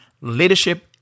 Leadership